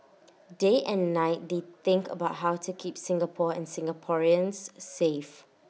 day and night they think about how to keep Singapore and Singaporeans safe